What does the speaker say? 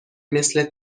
مثل